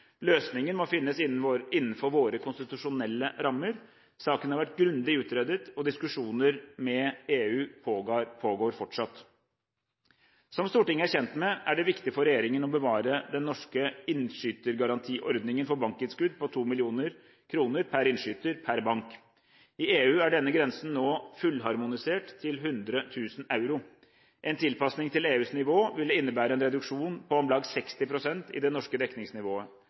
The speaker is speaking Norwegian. Løsningen må finnes innenfor våre konstitusjonelle rammer. Saken har vært grundig utredet, og diskusjoner med EU pågår fortsatt. Som Stortinget er kjent med, er det viktig for regjeringen å bevare den norske innskytergarantiordningen for bankinnskudd på 2 mill. kr per innskyter per bank. I EU er denne grensen nå fullharmonisert til 100 000 euro. En tilpasning til EUs nivå ville innebære en reduksjon på om lag 60 pst. i det norske dekningsnivået.